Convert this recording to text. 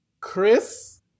chris